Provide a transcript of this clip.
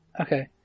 Okay